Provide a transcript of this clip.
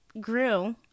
grew